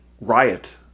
Riot